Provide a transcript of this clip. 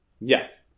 Yes